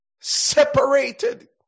Separated